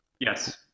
yes